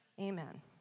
Amen